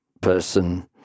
person